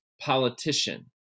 politician